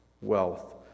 wealth